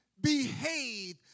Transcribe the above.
behave